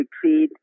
succeed